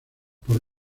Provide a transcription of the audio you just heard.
por